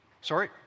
Sorry